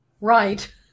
right